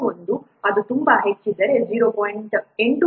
91 ಅದು ತುಂಬಾ ಹೆಚ್ಚಿದ್ದರೆ ಅದು 0